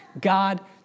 God